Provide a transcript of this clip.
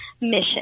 mission